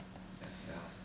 ya sia